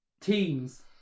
teams